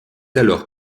alors